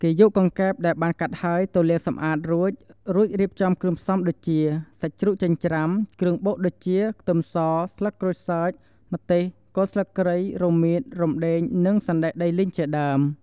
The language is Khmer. គេយកកង្កែបដែលបានកាត់ហើយ ទៅលាងសម្អាតរួច រួចរៀបចំគ្រឿងផ្សំដូចជាសាច់ជ្រូកចិញ្ច្រាំ គ្រឿងបុកដូចជា ខ្ទឹមស ស្លឹកក្រូចសើច ម្ទេស គល់ស្លឹកគ្រៃ រមៀត រំដេង និងសណ្តែកដីលីងជាដើម ។